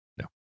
no